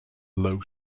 low